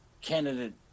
candidate